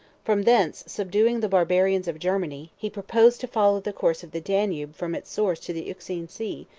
from thence, subduing the barbarians of germany, he proposed to follow the course of the danube from its source to the euxine sea,